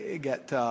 get